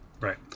Right